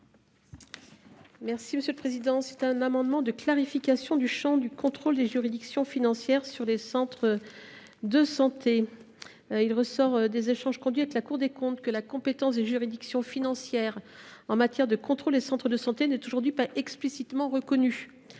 Il s’agit d’un amendement de clarification du champ du contrôle des juridictions financières sur les centres de santé. Il ressort des échanges conduits avec la Cour des comptes que la compétence des juridictions financières en matière de contrôle des centres de santé n’est aujourd’hui pas explicitement reconnue.